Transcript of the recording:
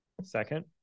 Second